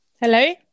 hello